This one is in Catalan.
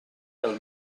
del